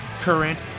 current